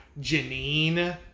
Janine